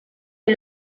est